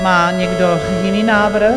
Má někdo jiný návrh?